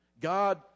God